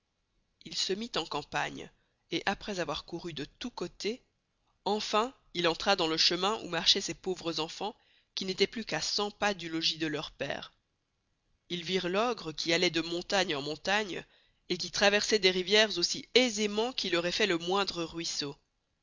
il se mit en campagne et aprés avoir couru bien loin de tous costés enfin il entra dans le chemin où marchoient ces pauvres enfans qui n'étoient plus qu'à cent pas du logis de leur pere ils virent l'ogre qui alloit de montagne en montagne et qui traversoit des rivieres aussi aisément qu'il auroit fait le moindre ruisseau